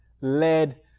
led